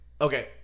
Okay